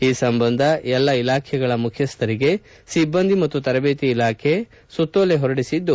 ಈ ಸಂಬಂಧ ಎಲ್ಲಾ ಇಲಾಖೆಗಳ ಮುಖ್ಯಸ್ಥರಿಗೆ ಸಿಬ್ಬಂದಿ ಮತ್ತು ತರಬೇತಿ ಇಲಾಖೆ ಡಿಒಪಿಟಿ ಸುತ್ತೋಲೆ ಹೊರಡಿಸಿದ್ದು